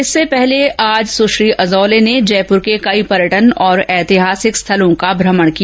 इससे पहले आज सुश्री अजोले ने जयपुर के कई पर्यटन और ऐतिहासिक स्थलों का भ्रमण किया